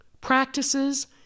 practices